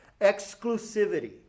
Exclusivity